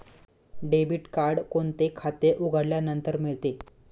Debit card कोणते खाते उघडल्यानंतर मिळते?